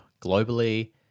globally